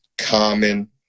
common